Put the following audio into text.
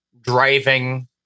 driving